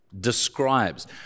describes